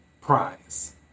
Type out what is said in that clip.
prize